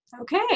Okay